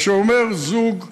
אבל כשאומר זוג מבוגר,